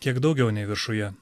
kiek daugiau nei viršuje